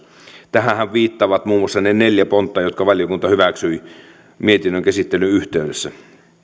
tähänhän viittaavat muun muassa ne neljä pontta jotka valiokunta hyväksyi mietinnön käsittelyn yhteydessä